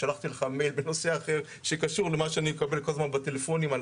שלחתי לך מייל בנושא אחר שקשור למה שאני מקבל כל הזמן בטלפונים על